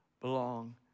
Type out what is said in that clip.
belong